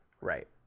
Right